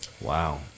Wow